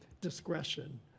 discretion